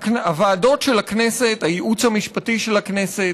הוועדות של הכנסת, הייעוץ המשפטי של הכנסת,